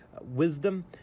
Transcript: wisdom